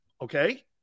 Okay